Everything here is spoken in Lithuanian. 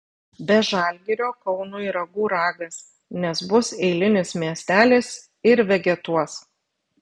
be žalgirio kaunui ragų ragas nes bus eilinis miestelis ir vegetuos